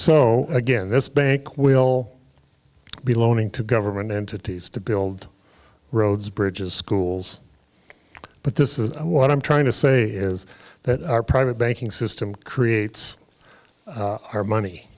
so again this bank will be loaning to government entities to build roads bridges schools but this is what i'm trying to say is that our private banking system creates